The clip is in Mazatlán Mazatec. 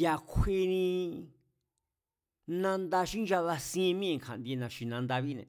ya̱ kjueni nanda xí nchabasien míée̱ kja̱ndie na̱xi̱nandabíne̱